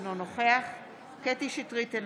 אינו נוכח קטי קטרין שטרית,